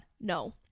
no